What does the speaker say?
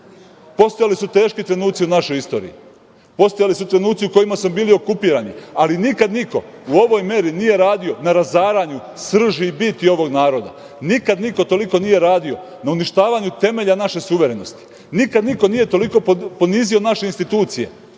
Postojali su teški trenuci u našoj istoriji, postojali su trenuci u kojima smo bili okupirani, ali nikad niko u ovoj meri nije radio na razaranju srži i biti ovog naroda. Nikada niko toliko nije radio na uništavanju temelja naše suverenosti. Nikada niko nije toliko ponizio naše institucije